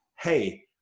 Hey